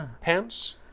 Pants